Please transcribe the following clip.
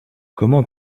comment